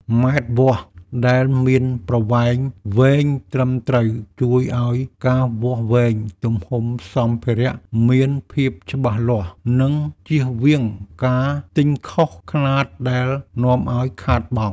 ម៉ែត្រវាស់ដែលមានប្រវែងវែងត្រឹមត្រូវ ជួយឱ្យការវាស់វែងទំហំសម្ភារៈមានភាពច្បាស់លាស់ និងជៀសវាងការទិញខុសខ្នាតដែលនាំឱ្យខាតបង់។